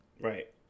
Right